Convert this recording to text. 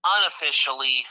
unofficially